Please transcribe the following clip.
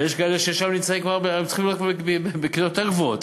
ויש כאלה שעכשיו צריכים להיות כבר בכיתות יותר גבוהות.